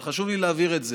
אבל חשוב לי להבהיר את זה.